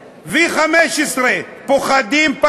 V15. פוחדים.